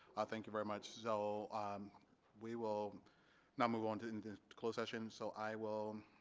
i thank you very much so we will not move on to and the closed session so i will